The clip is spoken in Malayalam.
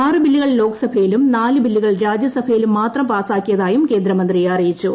ആറ് ബില്ലുകൾ ലോക്സഭയിലും നാല് ബില്ലുകൾ രാജ്യസഭയിലും മാത്രം പാസാക്കിയതായും കേന്ദ്രമന്ത്രി അറിയിച്ചു